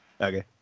Okay